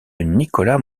nicholas